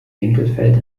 winkelfeld